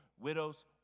widows